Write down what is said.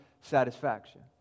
satisfaction